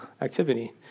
activity